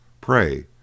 Pray